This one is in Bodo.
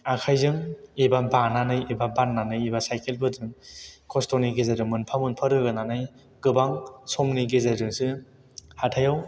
आखाइजों एबा बानानै एबा बाननानै एबा साइकेलफोरजों खस्थ'नि गेजेरजों मोनफा मोनफा रोगानानै गोबां समनि गेजेरजोंसो हाथाइयाव